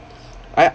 I